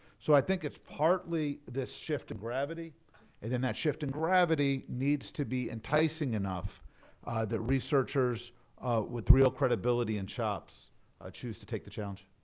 so i think it's partly this shift in gravity and then that shift in gravity needs to be enticing enough that researchers with real credibility and chops ah choose to take the challenge.